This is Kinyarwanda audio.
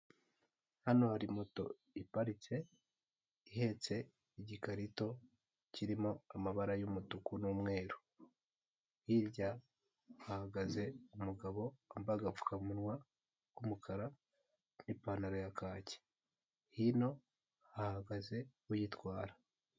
Hano hari moto iparitse ihetse igikarito kirimo amabara y'umutuku n'umweru. Hirya hahagaze umugabo wambaye agapfukamunwa k'umukara n'ipantaro ya kake. Hino hahagaze uyitwara.